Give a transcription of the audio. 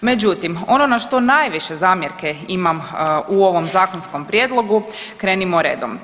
Međutim, ono na što najviše zamjerke imam u ovom zakonskom prijedlogu krenimo redom.